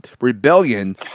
rebellion